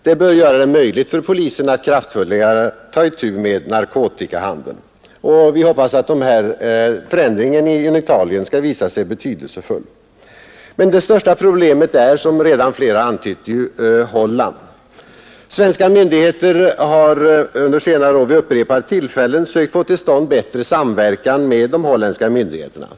Detta bör göra det möjligt för polisen att på ett kraftfullare sätt ta itu med narkotikahandeln. Vi hoppas att denna förändring från Italiens sida skall visa sig betydelsefull. Men det största problemet är, som flera talare redan antytt, Holland. Svenska myndigheter har under senare år vid upprepade tillfällen sökt få till stånd en bättre samverkan med de holländska myndigheterna.